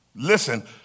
Listen